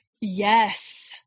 Yes